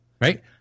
right